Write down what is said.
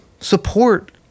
support